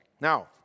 now